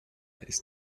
ist